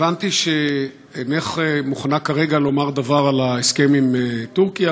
הבנתי שאינך מוכנה כרגע לומר דבר על ההסכם עם טורקיה,